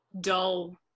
dull